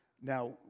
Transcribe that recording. Now